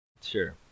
Sure